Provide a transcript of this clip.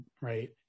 right